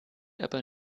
aber